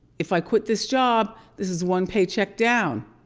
if i quit this job this is one paycheck down.